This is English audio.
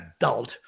adult